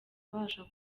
abasha